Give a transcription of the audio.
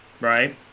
right